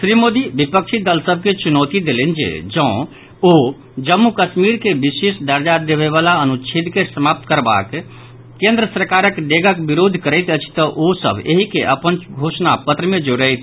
श्री मोदी विपक्षी दल सभ के चुनौती देलनि जे जौं ओ जम्मू कश्मीर के विशेष दर्जा देबय वला अनुच्छेद के समाप्त करबाक केन्द्र सरकारक डेगक विरोध करैत अछि तऽ ओ सभ एहि के अपन घोषणा पत्र मे जोड़थि